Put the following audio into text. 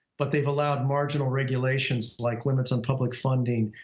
but they've allowed marginal regulations, like limits on public funding,